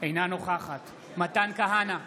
אינה נוכחת מתן כהנא,